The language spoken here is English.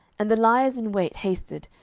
and the liers in wait hasted,